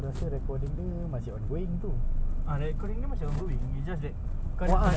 chill lah bro dia sekejap jer kita yang tadi non-stop !duh!